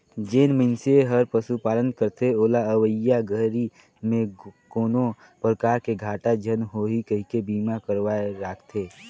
जेन मइनसे हर पशुपालन करथे ओला अवईया घरी में कोनो परकार के घाटा झन होही कहिके बीमा करवाये राखथें